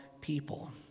people